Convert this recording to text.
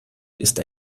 ist